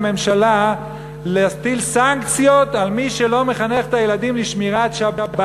עם ממשלה להטיל סנקציות על מי שלא מחנך את הילדים לשמירת שבת,